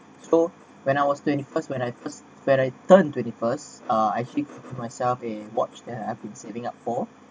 so when I was twenty first when I first when I turned twenty first uh I picked myself a watch that I've been saving up for